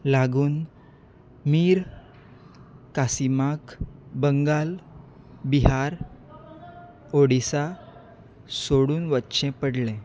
लागून मीर कासिमाक बंगाल बिहार ओडिसा सोडून वचचें पडलें